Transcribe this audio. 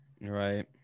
Right